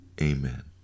Amen